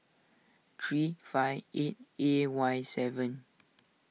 three five eight A Y seven